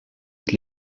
het